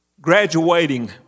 Graduating